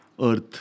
earth